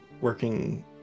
working